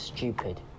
stupid